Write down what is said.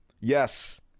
Yes